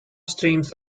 streams